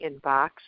inbox